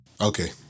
Okay